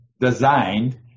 designed